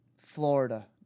Florida